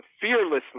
fearlessly